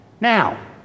Now